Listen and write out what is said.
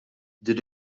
din